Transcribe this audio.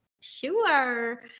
Sure